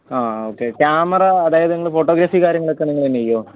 ആ okay camera അതായത് നിങ്ങൾ ഫോട്ടോഗ്രാഫി കാര്യങ്ങളൊക്കെ നിങ്ങൾ തന്നെ ചെയ്യുമോ